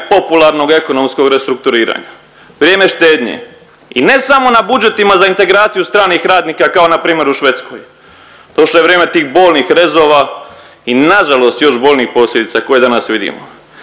popularnog ekonomskog restrukturiranja, vrijeme štednje i ne samo na budžetima za integraciju stranih radnika kao npr. u Švedskoj došlo je vrijeme tih bolnih rezova i nažalost još bolnijih posljedica koje danas vidimo.